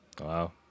Wow